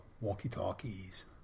walkie-talkies